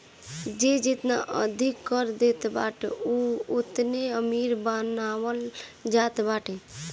जे जेतना अधिका कर देत बाटे उ ओतने अमीर मानल जात बाटे